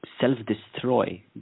self-destroy